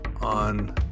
on